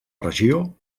regió